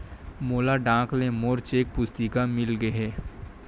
मोला डाक ले मोर चेक पुस्तिका मिल गे हे